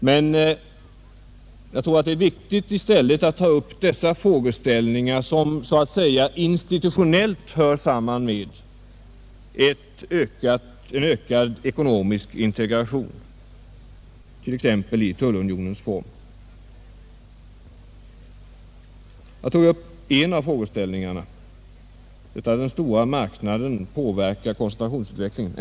Det är viktigt att i stället ta upp frågeställningar som s. a. s. institutionellt hör samman med en ökad ekonomisk integration, t.ex. i tullunionens form. Jag tog upp en av frågeställningarna: hur den stora marknaden påverkar koncentrationsutvecklingen.